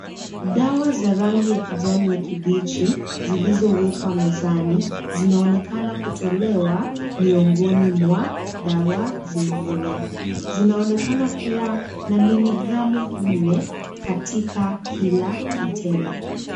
Dawa za rangi ya kijani ya kibichi zilizowekwa mezani zinaonekana kutolewa miongoni mwa dawa zingine. Zinaonekana kuwa na miligramu nne katika kila kitembe.